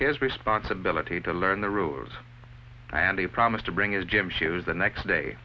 his responsibility to learn the rules and a promise to bring his gym shoes the next day